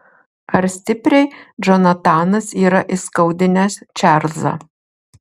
ar stipriai džonatanas yra įskaudinęs čarlzą